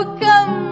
come